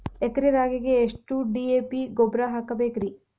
ಎಕರೆ ರಾಗಿಗೆ ಎಷ್ಟು ಡಿ.ಎ.ಪಿ ಗೊಬ್ರಾ ಹಾಕಬೇಕ್ರಿ?